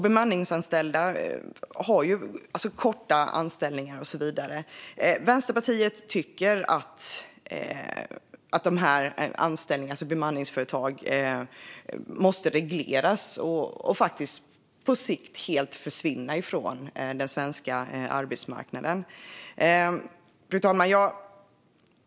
Bemanningsanställda har korta anställningar och så vidare. Vänsterpartiet tycker att bemanningsföretagen måste regleras och på sikt helt försvinna från den svenska arbetsmarknaden. Fru talman!